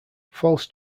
false